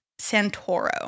Santoro